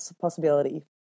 possibility